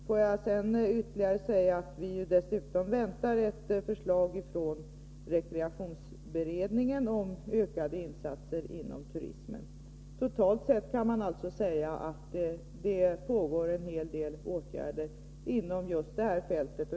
Låt mig sedan säga att vi dessutom väntar ett förslag från rekreationsberedningen om ökade insatser inom turismen. Totalt sett kan man alltså säga att det pågår en hel del aktivitet på just det här fältet.